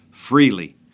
Freely